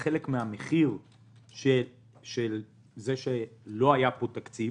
זה חלק מהמחיר שלא היה פה תקציב.